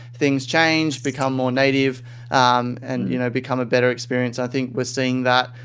things changed, become more native um and you know become a better experience. i think we're seeing that.